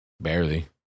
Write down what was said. Barely